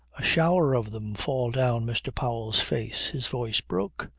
a shower of them fall down mr. powell's face. his voice broke.